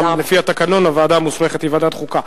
גם לפי התקנון, הוועדה המוסמכת היא ועדת החוקה.